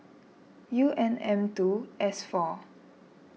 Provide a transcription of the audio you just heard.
U N M two S four